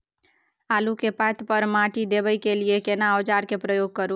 आलू के पाँति पर माटी देबै के लिए केना औजार के प्रयोग करू?